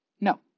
No